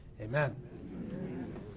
Amen